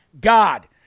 God